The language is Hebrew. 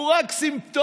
הוא רק סימפטום,